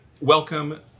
welcome